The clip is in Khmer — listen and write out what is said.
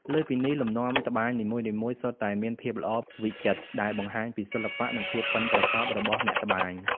លើសពីនេះ លំនាំត្បាញនីមួយៗសុទ្ធតែមានភាពល្អវិចិត្រ ដែលបង្ហាញពីសិល្បៈនិងភាពប៉ិនប្រសប់របស់អ្នកត្បាញ។